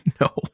No